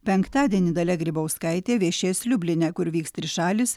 penktadienį dalia grybauskaitė viešės liubline kur vyks trišalis